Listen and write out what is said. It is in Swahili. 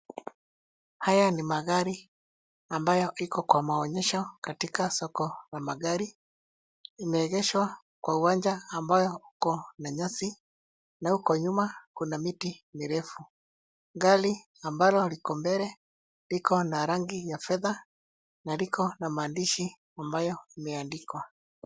Haya ni magari ambayo iko kwa maonyesho katika soko la magari. Imeegeshwa kwa uwanja ambayo iko na nyasi na huko nyuma kuna miti mirefu. Gari ambalo liko mbele liko na rangi ya fedha na liko na maadishi ambayo imeandikwa.